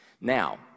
Now